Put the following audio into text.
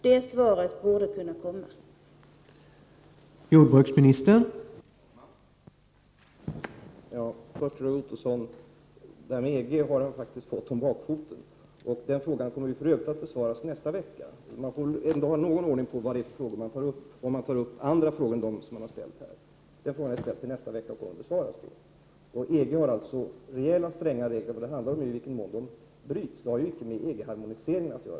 Det svaret borde statsrådet kunna ge.